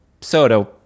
soda